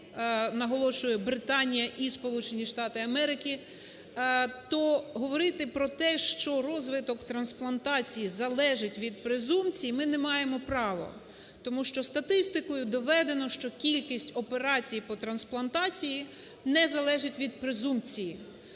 Сполучені Штати Америки, то говорити про те, що розвиток трансплантації залежить від презумпції, ми не маємо права, тому що статистикою доведено, що кількість операцій по трансплантації не залежить від презумпції.